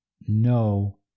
no